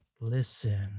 Listen